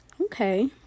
Okay